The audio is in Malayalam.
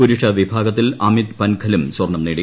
പുരുഷ വിഭാഗത്തിൽ അമിത് പൻഘലും സ്വർണ്ണം നേടി